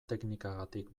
teknikagatik